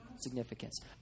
Significance